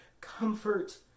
comfort